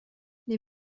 les